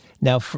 Now